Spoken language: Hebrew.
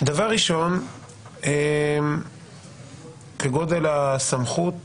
דבר ראשון, כגודל הסמכות